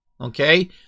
Okay